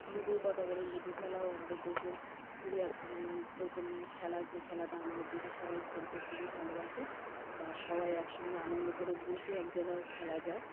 লুডোর কতা বলি লুডো খেলাও আমাদের দেশের খুবই একটা মানে প্রচোনীয় খেলা যে খেলাটা আমাদের দেশের সবাই খেলতে খুবই ভালোবাসে বা সবাই একসঙ্গে আনন্দ করে বসে এক জায়গায়ও খেলা যায়